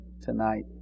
tonight